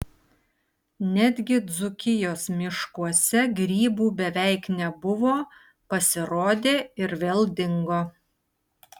netgi dzūkijos miškuose grybų beveik nebuvo pasirodė ir vėl dingo